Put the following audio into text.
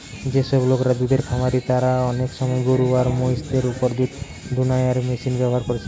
যেসব লোকরা দুধের খামারি তারা অনেক সময় গরু আর মহিষ দের উপর দুধ দুয়ানার মেশিন ব্যাভার কোরছে